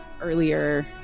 earlier